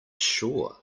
sure